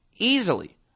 Easily